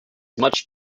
much